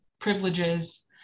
privileges